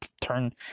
turn